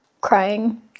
crying